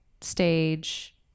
stage